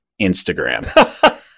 Instagram